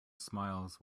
smiles